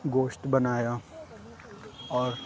گوشت بنایا اور